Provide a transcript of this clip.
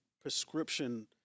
prescription